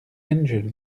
engel